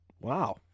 wow